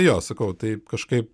jo sakau taip kažkaip